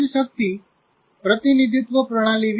સમજશક્તિ પ્રતિનિધિત્વ પ્રણાલી PRS